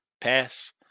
Pass